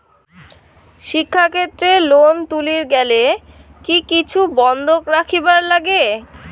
শিক্ষাক্ষেত্রে লোন তুলির গেলে কি কিছু বন্ধক রাখিবার লাগে?